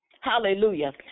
Hallelujah